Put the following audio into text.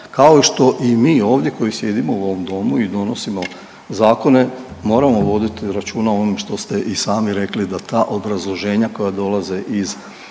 kao što i mi ovdje koji sjedimo u ovom domu i donosimo zakone moramo voditi računa o onome što ste i sami rekli da ta obrazloženja koja dolaze iz